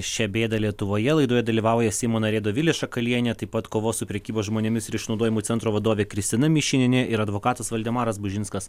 šią bėdą lietuvoje laidoje dalyvauja seimo narė dovilė šakalienė taip pat kovos su prekyba žmonėmis ir išnaudojimų centro vadovė kristina mišinienė ir advokatas valdemaras bužinskas